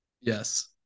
Yes